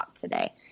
today